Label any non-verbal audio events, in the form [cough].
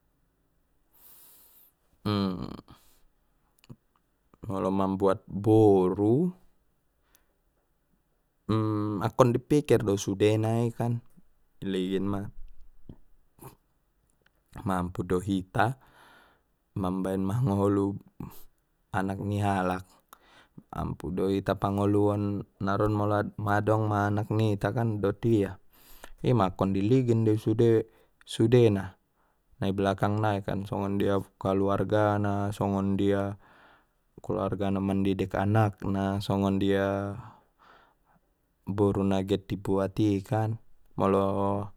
[hesitation] molo mambuat boru, [hesitation] akkon i pikir do sudena i kan iligin ma mampu do hita mambaen mangolu anak ni halak mampu do hita pangoluon naron molo adong ma anak nita dot ia ima kon diligin dei sude-sudena na i balakang nai kan songon dia kaluargana songon dia kaluarga na mandidik anak na songon dia boru na get i buat i kan molo